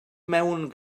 mewn